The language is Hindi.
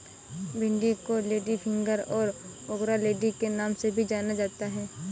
भिन्डी को लेडीफिंगर और ओकरालेडी के नाम से भी जाना जाता है